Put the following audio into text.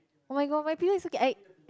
oh-my-god my pillow is so~